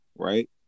right